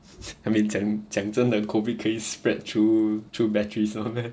I mean 讲讲真的 COVID 可以 spread through through batteries [one] meh